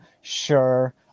Sure